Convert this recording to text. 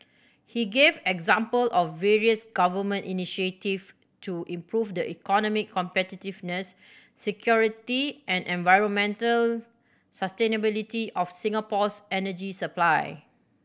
he gave example of various Government initiative to improve the economic competitiveness security and environmental sustainability of Singapore's energy supply